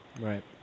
Right